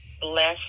bless